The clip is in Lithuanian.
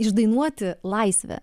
išdainuoti laisvę